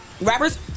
rappers